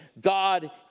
God